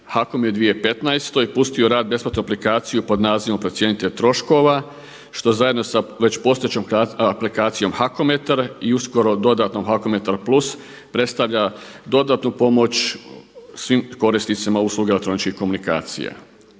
je u 2015. pustio u rad besplatnu aplikaciju pod nazivom procjenitelj troškova što zajedno da već postojećom aplikacijom HAKOMetar i uskoro dodatnom HAKOMetar plus predstavlja dodatnu pomoć svim korisnicima usluge elektroničkih komunikacija.